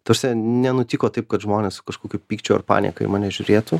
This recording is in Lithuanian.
ta prasme nenutiko taip kad žmonės su kažkokiu pykčiu ar panieka į mane žiūrėtų